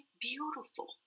beautiful